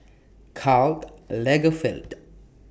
Karl Lagerfeld